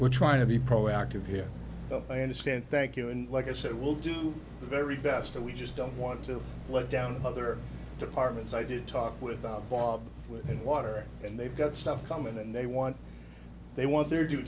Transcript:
we're trying to be proactive here so i understand thank you and like i said we'll do the very best that we just don't want to let down other departments i did talk without bob with water and they've got stuff come in and they want they want their due